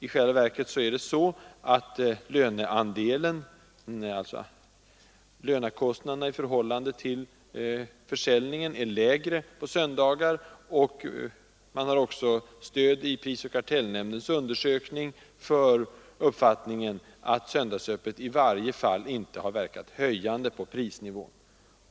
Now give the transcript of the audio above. I själva verket är lönekostnaderna lägre på söndagar i förhållande till försäljningen. Man har också i prisoch kartellnämndens undersökning stöd för uppfattningen att söndagsöppet i varje fall inte har verkat höjande på prisnivån.